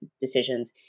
decisions